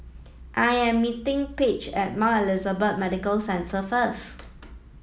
I am meeting Paige at Mount Elizabeth Medical Centre first